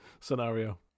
scenario